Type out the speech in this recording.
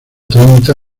treinta